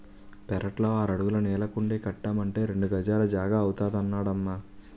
పెరట్లో ఆరడుగుల నీళ్ళకుండీ కట్టమంటే రెండు గజాల జాగా అవుతాదన్నడమ్మా